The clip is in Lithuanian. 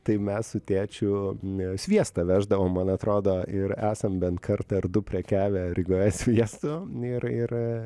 tai mes su tėčiu n sviestą veždavom man atrodo ir esam bent kartą ar du prekiavę rygoje sviestu ir ir